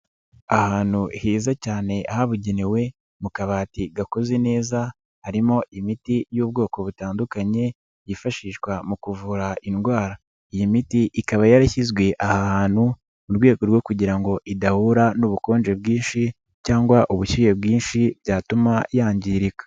Ahantu heza cyane habugenewe mu kabati gakoze neza harimo imiti y'ubwoko butandukanye yifashishwa mu kuvura indwara, iyi miti ikaba yarashyizwe aha hantu mu rwego rwo kugira ngo idahura n'ubukonje bwinshi cyangwa ubushyuhe bwinshi byatuma yangirika.